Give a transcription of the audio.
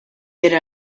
pero